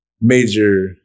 major